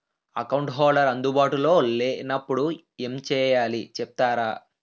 Account holder అందు బాటులో లే నప్పుడు ఎం చేయాలి చెప్తారా?